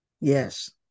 Yes